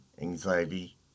anxiety